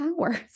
hours